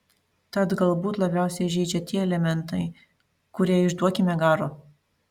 tad galbūt labiausiai žeidžia tie elementai kurie iš duokime garo